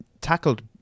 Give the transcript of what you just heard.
tackled